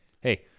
Hey